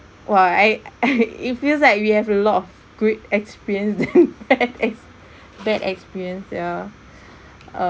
!wah! I I it feels like we have a lot of good experience than bad expe~ bad experience yeah